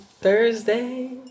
Thursday